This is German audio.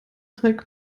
trägt